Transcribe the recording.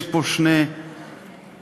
יש פה שני תנאים,